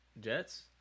Jets